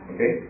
Okay